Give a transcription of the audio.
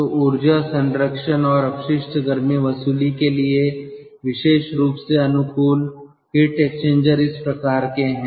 तो ऊर्जा संरक्षण और अपशिष्ट गर्मी वसूली के लिए विशेष रूप से अनुकूल हीट एक्सचेंजर्स इस प्रकार के हैं